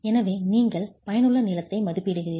எனவே நீங்கள் பயனுள்ள நீளத்தை மதிப்பிடுகிறீர்கள்